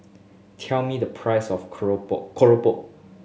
tell me the price of keropok